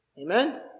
Amen